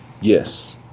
Yes